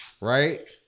Right